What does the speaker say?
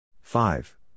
Five